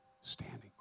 Standing